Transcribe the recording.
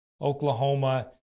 oklahoma